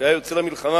כשהיה יוצא למלחמה,